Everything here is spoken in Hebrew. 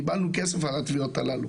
קיבלנו כסף על התביעות הללו.